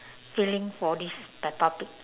feeling for this peppa pig